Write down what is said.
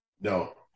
No